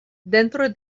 dentro